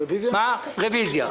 רוויזיה.